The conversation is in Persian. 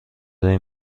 این